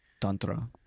tantra